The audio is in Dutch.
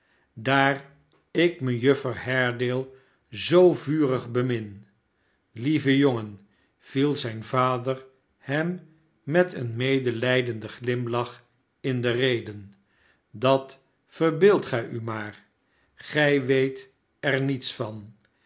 daar ik mejuffer haredale zoo vurig bemin lieve jongen viel zijn vader hem met een medelijdenden glimlach in de rede dat verbeeldt gij u maar gij weet er niets van